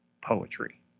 poetry